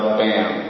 bam